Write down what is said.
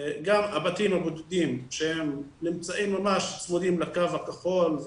גם הבתים הבודדים שהם נמצאים ממש צמודים לקו הכחול,